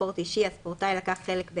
יש אנשים שחייבים את זה.